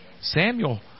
Samuel